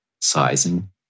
sizing